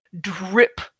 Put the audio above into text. drip